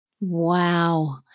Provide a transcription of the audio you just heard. Wow